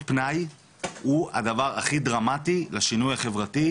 פנאי הוא הדבר הכי דרמטי לשינוי החברתי,